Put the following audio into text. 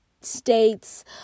states